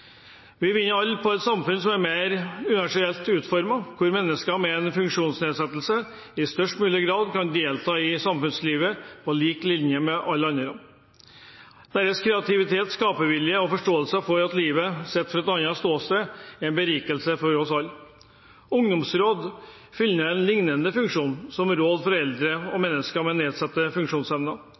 Vi vinner alle på et samfunn som er mer universelt utformet, hvor mennesker med en funksjonsnedsettelse i størst mulig grad kan delta i samfunnslivet på lik linje med alle andre. Deres kreativitet, skapervilje og forståelse for livet sett fra et annet ståsted er en berikelse for oss alle. Ungdomsråd fyller en liknende funksjon som råd for eldre og mennesker med